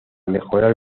mejorar